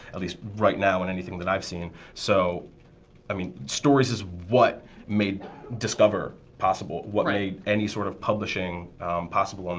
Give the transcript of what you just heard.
at least right now in anything that i've seen. so i mean stories is what made discover possible. right. any sort of publishing possible. um